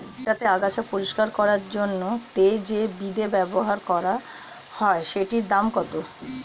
ভুট্টা তে আগাছা পরিষ্কার করার জন্য তে যে বিদে ব্যবহার করা হয় সেটির দাম কত?